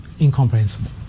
incomprehensible